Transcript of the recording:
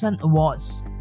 Awards